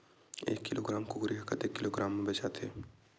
एक किलोग्राम कुकरी ह कतेक किलोग्राम म बेचाथे?